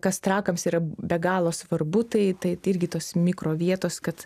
kas trakams yra be galo svarbu tai tai irgi tos mikrovietos kad